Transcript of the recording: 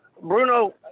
Bruno